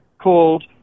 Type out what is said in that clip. called